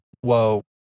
whoa